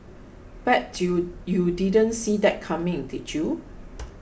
bet you you didn't see that coming did you